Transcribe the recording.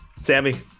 sammy